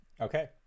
Okay